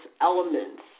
elements